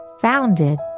founded